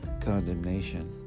condemnation